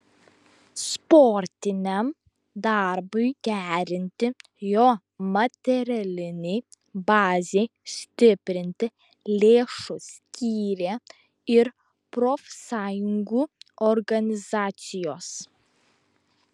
sportiniam darbui gerinti jo materialinei bazei stiprinti lėšų skyrė ir profsąjungų organizacijos